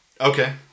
Okay